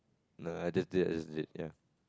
nah I just did I just did ya